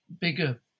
Bigger